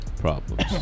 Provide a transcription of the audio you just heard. problems